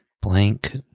Blank